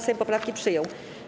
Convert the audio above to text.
Sejm poprawki przyjął.